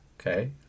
Okay